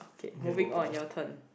moving on your turn